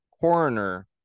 coroner